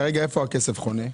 כרגע איפה הכסף חונה?